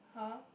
[huh]